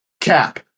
Cap